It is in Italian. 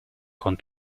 con